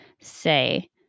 say